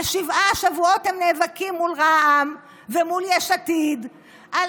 שבעה שבועות הם נאבקים מול רע"מ ומול יש עתיד על